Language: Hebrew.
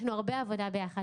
יש לנו הרבה עבודה ביחד.